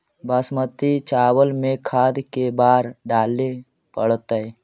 बासमती चावल में खाद के बार डाले पड़तै?